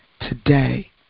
today